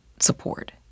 support